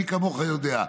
מי כמוך יודע,